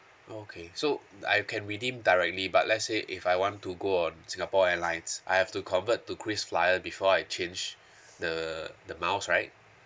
oh okay so I can redeem directly but let's say if I want to go on singapore airlines I have to convert to krisflyer before I change the the miles right